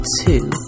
two